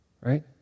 right